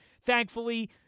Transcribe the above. thankfully